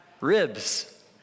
Ribs